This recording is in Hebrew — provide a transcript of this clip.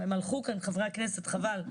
חברי הכנסת הלכו וחבל,